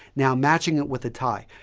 now, matching it with a tie,